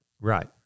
Right